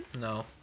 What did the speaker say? No